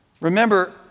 Remember